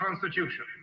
Constitution